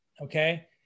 okay